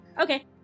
Okay